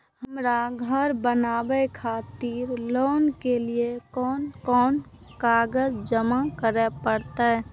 हमरा घर बनावे खातिर लोन के लिए कोन कौन कागज जमा करे परते?